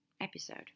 episode